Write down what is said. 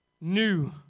New